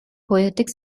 poetic